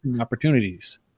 opportunities